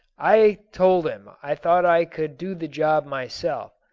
i told him i thought i could do the job myself,